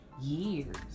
years